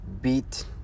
beat